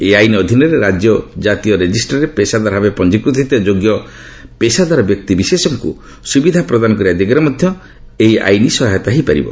ଏହି ଆଇନ୍ ଅଧୀନରେ ରାଜ୍ୟ ଓ ଜାତୀୟ ରେଜିଷ୍ଟ୍ରରେ ପେସାଦାର ଭାବେ ପଞ୍ଜିକୃତ ହୋଇଥିବା ଯୋଗ୍ୟ ପେସାଦାର ବ୍ୟକ୍ତିବିଶେଷକୁ ସୁବିଧା ପ୍ରଦାନ କରିବା ଦିଗରେ ମଧ୍ୟ ଏହି ଆଇନ୍ ସହାୟତା ହୋଇପାରିବ